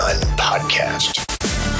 Podcast